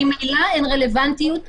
ממילא אין רלוונטיות לעכשיו.